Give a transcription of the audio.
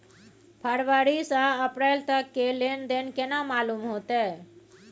फरवरी से अप्रैल तक के लेन देन केना मालूम होते?